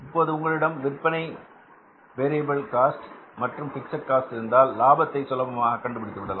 இப்போது உங்களிடம் விற்பனை வேரியபில் காஸ்ட் மற்றும் பிக்ஸட் காஸ்ட் இருந்தால் லாபத்தை சுலபமாக கண்டுபிடித்து விடலாம்